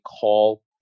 call